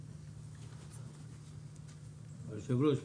המשכנתאות ואני רוצה להזכיר שכחלק מהרפורמה הזאת,